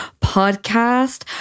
podcast